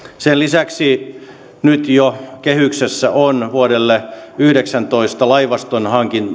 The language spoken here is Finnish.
sen lisäksi nyt jo kehyksessä on vuodelle yhdeksäntoista laivaston